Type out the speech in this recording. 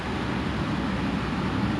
then I'll just listen but I'll be on my bed